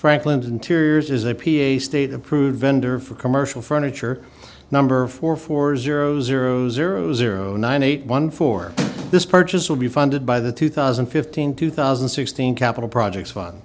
franklins interiors is a p a state approved vendor for commercial furniture number four four zero zero zero zero nine eight one four this purchase will be funded by the two thousand and fifteen two thousand and sixteen capital projects fun